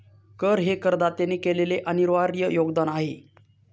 कर हे करदात्याने केलेले अनिर्वाय योगदान आहे